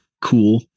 cool